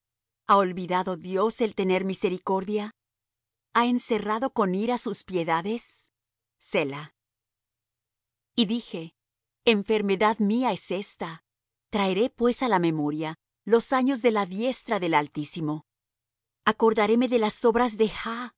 ha olvidado dios el tener misericordia ha encerrado con ira sus piedades selah y dije enfermedad mía es esta traeré pues á la memoria los años de la diestra del altísimo acordaréme de las obras de